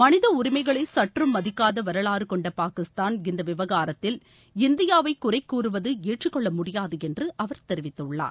மளித உரிமைகளை சற்றும் மதிக்காத வரலாறு கொண்ட பாகிஸ்தான் இந்த விவகாரத்தில் இந்தியாவை குறை கூறுவது ஏற்றுக்கொள்ள முடியாது என்று அவர் தெரிவித்துள்ளார்